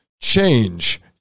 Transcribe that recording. change